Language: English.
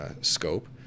scope